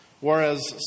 Whereas